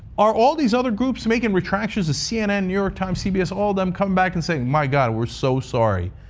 are all these other groups making retractions to cnn, new york times, cbs, all of them coming back and saying, my god, we're so sorry.